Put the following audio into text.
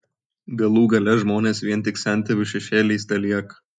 galų gale žmonės vien tik sentėvių šešėliais telieka